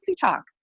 talk